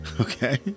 Okay